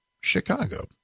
Chicago